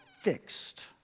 fixed